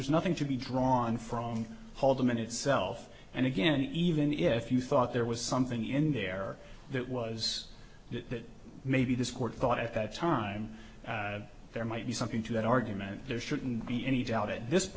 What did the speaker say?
there's nothing to be drawn from halderman itself and again even if you thought there was something in there that was that maybe this court thought at that time there might be something to that argument there shouldn't be any doubt at this